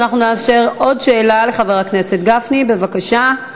אנחנו נאפשר עוד שאלה לחבר הכנסת גפני, בבקשה.